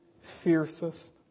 fiercest